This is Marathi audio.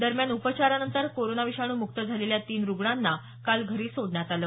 दरम्यान उपचारानंतर कोरोना विषाणू मुक्त झालेल्या तीन रुग्णांना काल घरी सोडण्यात आल